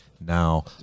now